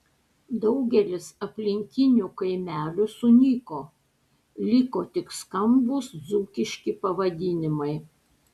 daugelis aplinkinių kaimelių sunyko liko tik skambūs dzūkiški pavadinimai